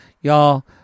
Y'all